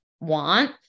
want